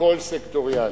הכול סקטוריאלי.